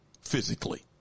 physically